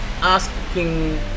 asking